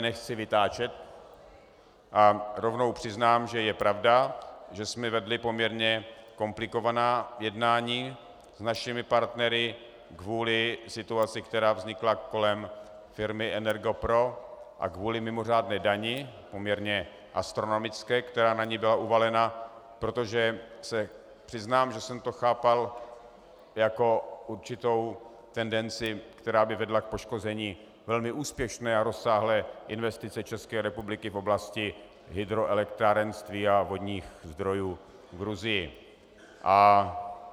Nechci vytáčet a rovnou přiznám, že je pravda, že jsme vedli poměrně komplikovaná jednání s našimi partnery kvůli situaci, která vznikla kolem firmy EnergoPro a kvůli mimořádné dani, poměrně astronomické, která na ni byla uvalena, protože se přiznám, že jsem to chápal jako určitou tendenci, která by vedla k poškození velmi úspěšné a rozsáhlé investice České republiky v oblasti hydroelektrárenství a vodních zdrojů v Gruzii.